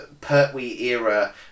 Pertwee-era